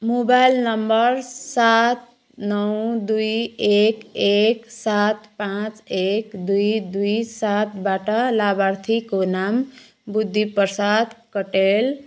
mobile number सात नौ दुई एक एक सात पाँच एक दुई दुई सातबाट लाभार्थीको नाम बुद्धिप्रसाद कट्टेल